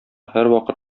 һәрвакыт